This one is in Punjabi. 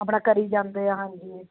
ਆਪਣਾ ਕਰੀ ਜਾਂਦੇ ਆ ਹਾਂਜੀ